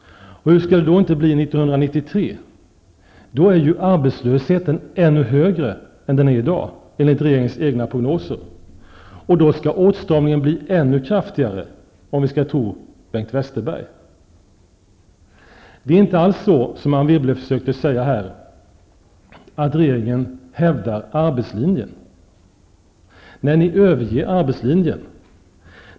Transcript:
Hur skall det då inte bli 1993? Då är ju arbetslösheten ännu högre än den är i dag, enligt regeringens egna prognoser. Då skall åtstramningen bli ännu kraftigare, om vi skall tro Bengt Westerberg. Det är inte alls så som Anne Wibble försöker säga här, att regeringen hävdar arbetslinjen när ni överger arbetslinjen.